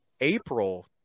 April –